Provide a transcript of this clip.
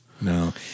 No